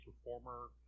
performer